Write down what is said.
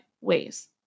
ways